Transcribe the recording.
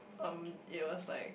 um it was like